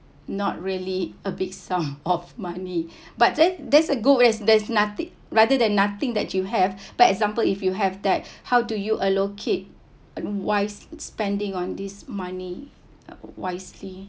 not really a big sum of money but then that's a good than there's nothing rather than nothing that you have but example if you have that how do you allocate wise spending on this money wisely